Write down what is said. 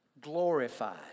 glorified